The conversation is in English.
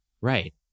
right